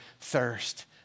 thirst